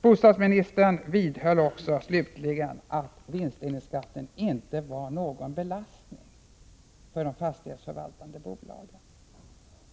Bostadsministern vidhöll också slutligen att vinstdelningsskatten inte var någon belastning för de fastighetsförvaltande bolagen.